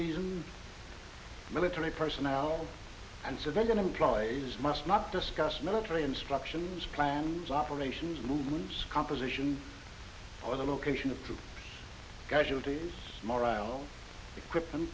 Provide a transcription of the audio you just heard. reason military personnel and so they are going to employees must not discuss military instructions plans operations movements composition or the location of casualty morale